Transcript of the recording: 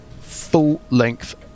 full-length